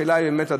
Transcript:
השאלה היא באמת,